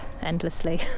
endlessly